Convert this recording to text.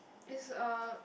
is uh